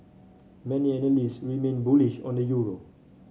many remain bullish on the euro